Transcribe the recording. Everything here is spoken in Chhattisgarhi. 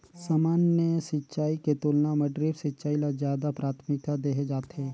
सामान्य सिंचाई के तुलना म ड्रिप सिंचाई ल ज्यादा प्राथमिकता देहे जाथे